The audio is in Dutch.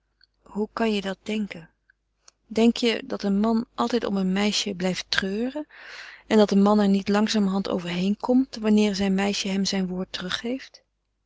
hoe kan je dat denken denk je dat een man altijd om een meisje blijft treuren en dat een man er niet langzamerhand overheen komt wanneer zijn meisje hem zijn woord teruggeeft